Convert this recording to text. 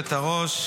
השר,